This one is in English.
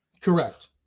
Correct